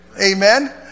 Amen